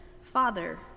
Father